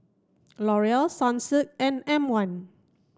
L'Oreal Sunsilk and M one